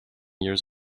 years